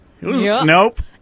Nope